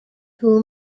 who